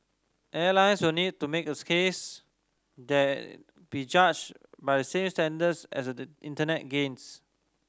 airlines will need to make a case that be judged by the same standards as the Internet giants